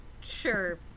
Sure